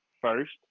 first